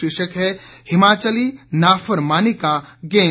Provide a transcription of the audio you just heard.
शीर्षक है हिमाचली नाफरमानी का गैंग